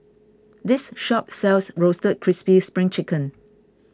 this shop sells Roasted Crispy Spring Chicken